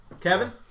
Kevin